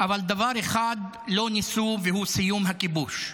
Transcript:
אבל דבר אחד לא ניסו, והוא סיום הכיבוש.